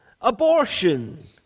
abortion